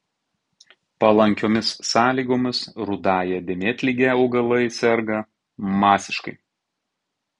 palankiomis sąlygomis rudąja dėmėtlige augalai serga masiškai